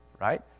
right